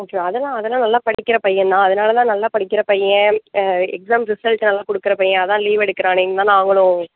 okay அதெலாம் அதெலாம் நல்லா படிக்கிற பையன் தான் அதனால் தான் நல்லா படிக்கிற பையன் ஆ எக்ஸாம் ரிசல்ட் நல்லா கொடுக்குற பையன் அதான் லீவ் எடுக்கிறானேன்னு தான் நாங்களும்